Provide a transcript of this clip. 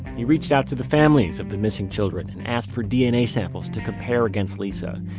he reached out to the families of the missing children and asked for dna samples to compare against lisa.